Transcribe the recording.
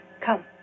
Come